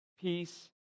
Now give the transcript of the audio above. peace